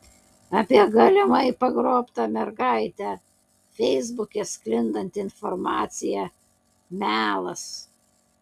apie galimai pagrobtą mergaitę feisbuke sklindanti informacija melas